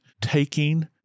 taking